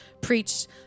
preached